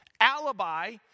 alibi